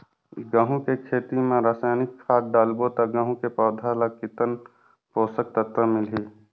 गंहू के खेती मां रसायनिक खाद डालबो ता गंहू के पौधा ला कितन पोषक तत्व मिलही?